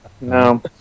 No